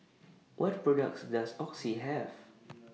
What products Does Oxy Have